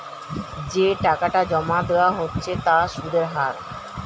যে টাকাটা জমা দেওয়া হচ্ছে তার সুদের হার